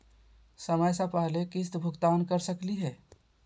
समय स पहले किस्त भुगतान कर सकली हे?